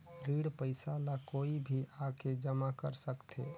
ऋण पईसा ला कोई भी आके जमा कर सकथे?